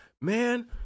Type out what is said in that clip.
man